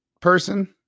person